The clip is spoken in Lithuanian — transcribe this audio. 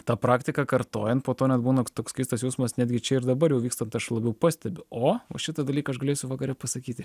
tą praktiką kartojant po to net būna toks keistas jausmas netgi čia ir dabar jau vykstant aš labiau pastebiu o va šitą dalyką aš galėsiu vakare pasakyti